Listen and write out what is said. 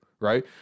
right